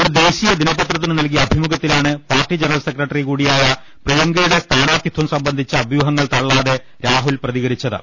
ഒരു ദേശീയ ദിനപത്രത്തിന് നൽകിയ അഭിമുഖത്തിലാണ് പാർട്ടി ജനറൽ സെക്രട്ടറി കൂടിയായ പ്രിയങ്കയുടെ സ്ഥാനാർത്ഥിത്വം സംബന്ധിച്ച അഭ്യൂഹങ്ങൾ തള്ളാതെ രാഹുൽ പ്രതികരിച്ചത്